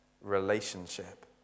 relationship